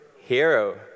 hero